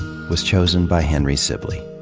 was chosen by henry sibley.